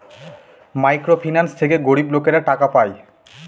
micro finance থেকে গরিব লোকেরা টাকা পায়